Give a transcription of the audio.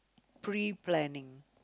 pre-planning